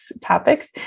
topics